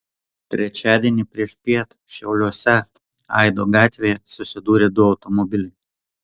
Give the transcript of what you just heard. trečiadienį priešpiet šiauliuose aido gatvėje susidūrė du automobiliai